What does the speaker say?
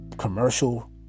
commercial